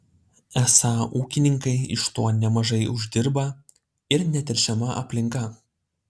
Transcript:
esą ūkininkai iš to nemažai uždirba ir neteršiama aplinka